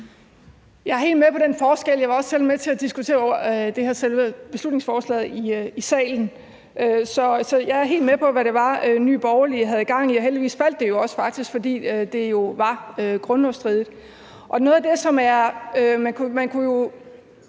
Jeg er helt med på den forskel. Jeg var også selv med til at diskutere selve beslutningsforslaget i salen, så jeg er helt med på, hvad det var, Nye Borgerlige havde gang i, og heldigvis faldt det jo faktisk også, fordi det var grundlovsstridigt.